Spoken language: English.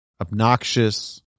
Obnoxious